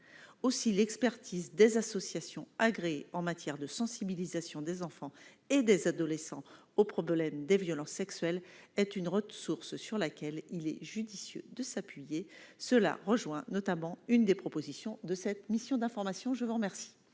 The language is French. aussi l'expertise des associations agréées en matière de sensibilisation des enfants et des adolescents au problème des violences sexuelles, est une ressource sur laquelle il est judicieux de s'appuyer cela rejoint notamment une des propositions de cette mission d'information, je vous remercie.